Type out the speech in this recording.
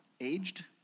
aged